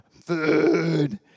food